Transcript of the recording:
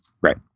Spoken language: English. right